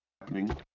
happening